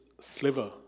sliver